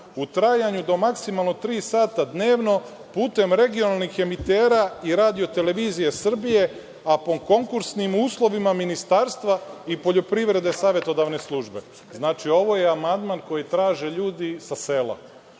u trajanju do maksimalno tri sata dnevno putem regionalnih emitera i Radio-televizije Srbije, a po konkursnim uslovima Ministarstva i poljoprivrede savetodavne službe. Znači, ovo je amandman koji traže ljudi sa sela.